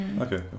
Okay